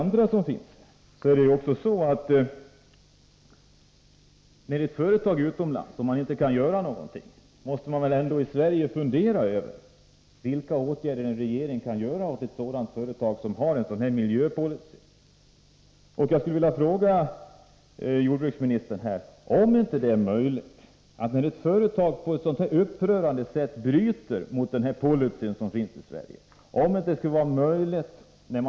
När ett företag agerar på detta sätt utomlands måste man väl ändå i Sverige fundera över vilka åtgärder en regering kan vidta gentemot ett bolag som har en sådan miljöpolicy. Jag skulle vilja ställa en fråga till jordbruksministern. Företaget hänvisar ju hela tiden till ekonomiska skäl när det gäller att vidta miljöåtgärder här hemma, t.ex. beträffande Falu gruvas tungmetallutsläpp.